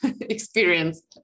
experience